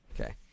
Okay